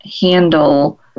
handle